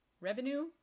revenue